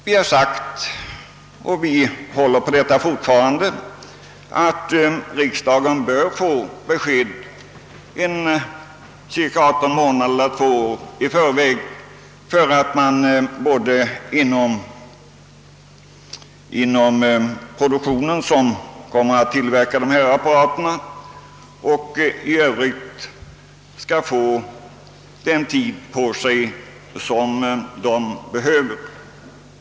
Vi har hävdat — och vi håller fortfarande på detta — att riksdagen bör lämnas ett besked cirka 18 månader— 2 år i förväg för att både de producenter som skall tillverka TV-apparaterna och övriga intressenter skall få den tid på sig som de behöver.